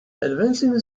advancing